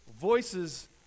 voices